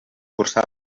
cursat